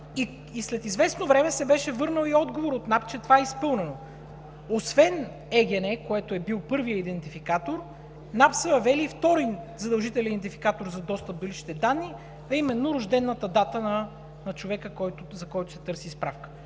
И след известно време се беше върнал и отговор от НАП, че това е изпълнено. Освен ЕГН, което е било първи идентификатор, НАП са въвели и втори задължителен идентификатор за достъп до личните данни, а именно рождената дата на човека, за който се търси справка.